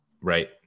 Right